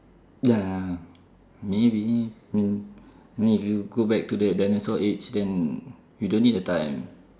ya really mean I mean if you go back to the dinosaur age then you don't need the time